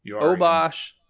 Obosh